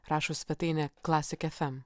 rašo svetainė classic fm